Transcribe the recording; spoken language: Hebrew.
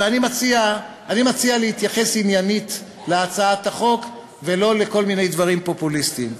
ואני מציע להתייחס עניינית להצעת החוק ולא לכל מיני דברים פופוליסטיים.